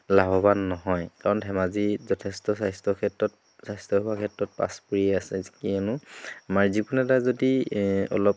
লাভৱান নহয় কাৰণ ধেমাজিত যথেষ্ট স্বাস্থ্য ক্ষেত্ৰত স্বাস্থ্যসেৱাৰ ক্ষেত্ৰত পাছ পৰিয়ে আছে যি কিয়নো আমাৰ যিকোনো এটা যদি অলপ